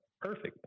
perfect